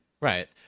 Right